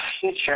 future